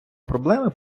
проблеми